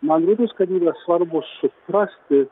man rodos kad yra svarbu suprasti